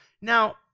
Now